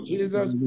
Jesus